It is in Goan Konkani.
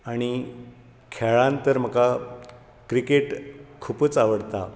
आनी खेळांत तर म्हाका क्रिकेट खुबूच आवडटा